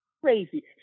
crazy